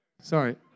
Sorry